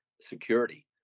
security